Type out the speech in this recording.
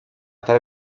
tre